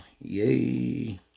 yay